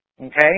okay